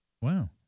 Wow